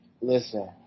listen